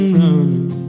running